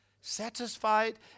satisfied